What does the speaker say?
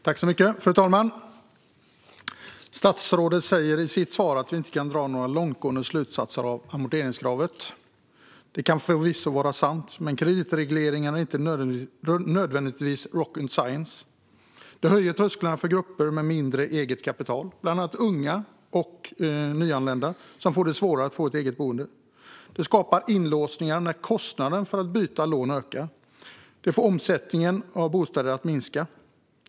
Fru talman! Statsrådet säger i sitt svar att vi inte kan dra några långtgående slutsatser av amorteringskravet. Det kan förvisso vara sant, men kreditregleringar är inte nödvändigtvis rocket science. Det höjer trösklarna för grupper med mindre eget kapital. Bland andra unga och nyanlända får svårare att få ett eget boende. Det skapar inlåsningar när kostnaden för att byta lån ökar. Det får omsättningen av bostäder att minska.